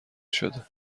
شده